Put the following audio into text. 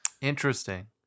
interesting